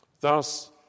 Thus